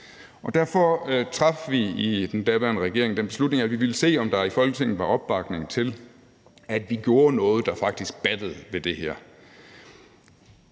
Derfor traf vi i den daværende regering den beslutning, at vi ville se, om der i Folketinget var opbakning til, at vi gjorde noget ved det her, der faktisk battede. Det var